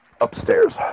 upstairs